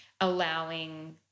allowing